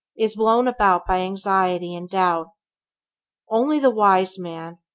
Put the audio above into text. is blown about by anxiety and doubt only the wise man,